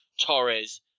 Torres